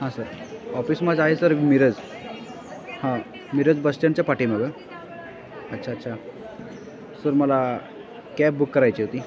हां sir office माझं आहे सर मिरज हां मिरज बस स्टँडच्या पाठीमागं अच्छा अच्छा सर मला कॅब बुक करायची होती